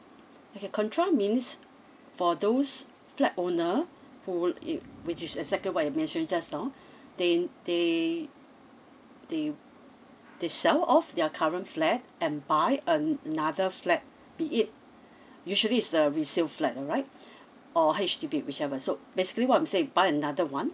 okay contra means for those flat owner who yo~ which is exactly what you mentioned just now they they they they sell off their current flat and buy an~ another flat be it usually is the resale flat alright or H_D_B whichever so basically what I am saying buy another one